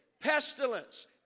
pestilence